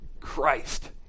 Christ